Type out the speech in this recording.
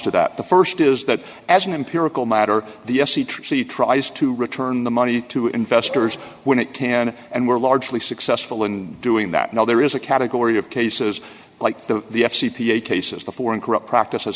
to that the st is that as an empirical matter the s c t tries to return the money to investors when it can and we're largely successful in doing that now there is a category of cases like the the f c p eight cases the foreign corrupt practices